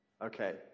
Okay